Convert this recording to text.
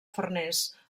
farners